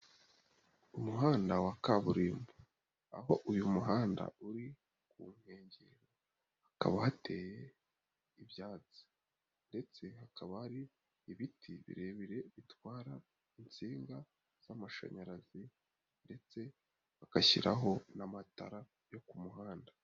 Umuhanda wa kaburimbo, aho uyu muhanda uri ku nkengero hakaba hateye ibyatsi ndetse hakaba hari ibiti birebire bitwara insinga z'amashanyarazi ndetse bagashyiraho n'amatara yo ku muhanda.